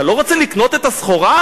אתה לא רוצה לקנות את הסחורה?